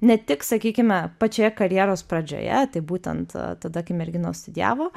ne tik sakykime pačioje karjeros pradžioje tai būtent a tada kai merginos studijavo